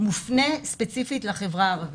מופנית ספציפית לחברה הערבית.